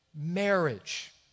marriage